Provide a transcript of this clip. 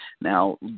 Now